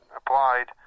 applied